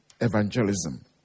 evangelism